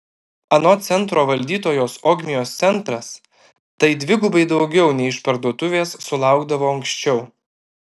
anot centro valdytojos ogmios centras tai dvigubai daugiau nei išparduotuvės sulaukdavo anksčiau